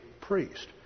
priest